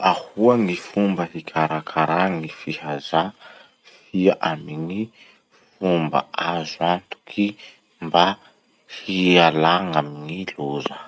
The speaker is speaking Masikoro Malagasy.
ahoa gny fomba hiarakarà gny fihazà fia amin'ny fomba azo antoky mba hialà amin'ny loza?